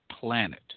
planet